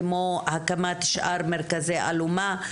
כמו התאמת שאר מרכזי אלומה,